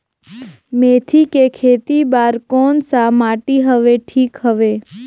मेथी के खेती बार कोन सा माटी हवे ठीक हवे?